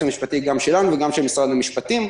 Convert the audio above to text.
המשפטי שלנו וגם של משרד המשפטים.